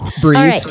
Breathe